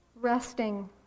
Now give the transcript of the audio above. resting